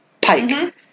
Pike